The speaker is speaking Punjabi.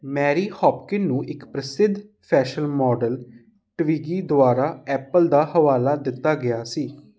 ਮੈਰੀ ਹੌਪਕਿਨ ਨੂੰ ਇੱਕ ਪ੍ਰਸਿੱਧ ਫੈਸ਼ਲ ਮਾਡਲ ਟਵਿਗੀ ਦੁਆਰਾ ਐਪਲ ਦਾ ਹਵਾਲਾ ਦਿੱਤਾ ਗਿਆ ਸੀ